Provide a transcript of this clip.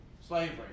slavery